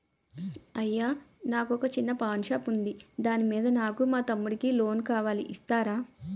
అయ్యా నాకు వొక చిన్న పాన్ షాప్ ఉంది దాని మీద నాకు మా తమ్ముడి కి లోన్ కావాలి ఇస్తారా?